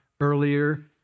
earlier